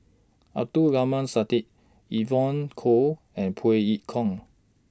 Abdul Aleem Siddique Evon Kow and Phey Yew Kok